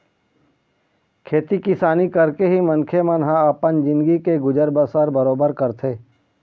खेती किसानी करके ही मनखे मन ह अपन जिनगी के गुजर बसर बरोबर करथे